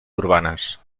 urbanes